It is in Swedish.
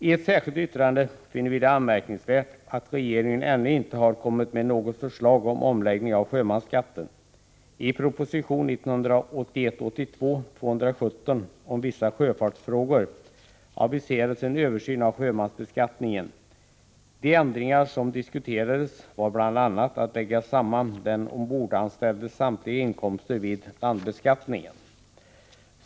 I ett särskilt yttrande finner vi det anmärkningsvärt att regeringen ännu inte har kommit med något förslag om omläggning av sjömansskatten. I proposition 1981/82:217 om vissa sjöfartsfrågor aviserades en översyn av sjömansbeskattningen. Bland de ändringar som diskuterades var att den ombordanställdes samtliga inkomster skulle läggas samman vid landbeskattningen.